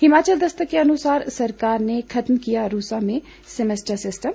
हिमाचल दस्तक के अनुसार सरकार ने खत्म किया रूसा में सैमेस्टर सिस्टम